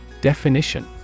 Definition